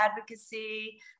advocacy